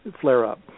flare-up